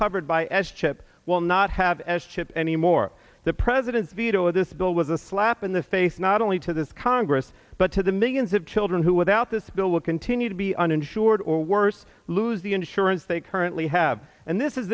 covered by s chip will not have s chip anymore the president's veto this bill was a slap in the face not only to this congress but to the millions of children who without this bill will continue to be uninsured or worse lose the insurance they currently have and this is